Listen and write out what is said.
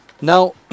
Now